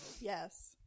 Yes